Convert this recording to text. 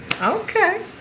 okay